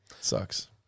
sucks